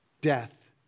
Death